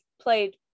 played